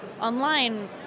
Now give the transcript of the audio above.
online